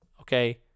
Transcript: okay